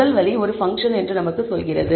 முதல் வழி ஒரு பங்க்ஷன் என்று நமக்கு சொல்கிறது